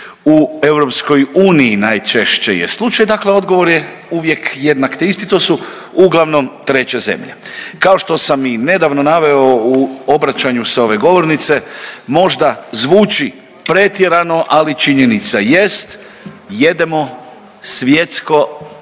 u EU? Najčešće je slučaj dakle odgovor je uvijek jednak te isti to su uglavnom treće zemlje. Kao što sam i nedavno naveo u obraćanju s ove govornice, možda zvuči pretjerano, ali činjenica jest jedemo svjetsko i